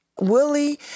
Willie